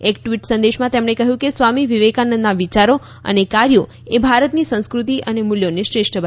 એક ટવીટ સંદેશમાં તેમણે કહ્યું કે સ્વામી વિવેકાનંદના વિચારો અને કાર્યો એ ભારતની સંસ્કૃતિ અને મૂલ્યોને શ્રેષ્ઠ બનાવી છે